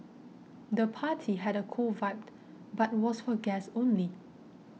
the party had a cool vibe but was for guests only